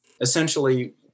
essentially